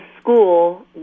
school